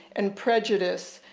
and prejudice,